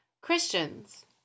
Christians